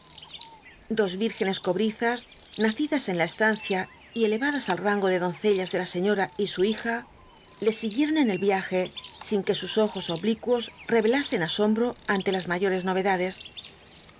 dos vírgenes cobrizas nacidas en la estancia y elevadas al rango de doncellas de la señora y su hija les siguieron en el viaje sin que sus ojos oblicuos revelasen asombro ante las mayores novedades